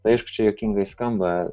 aišku čia juokingai skamba